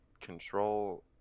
control